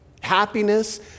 Happiness